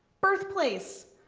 birthplace,